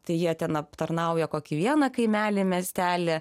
tai jie ten aptarnauja kokį vieną kaimelį miestelį